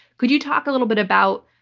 could you talk a little bit about,